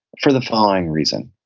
for the following reason.